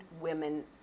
women